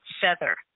feather